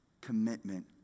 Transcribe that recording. commitment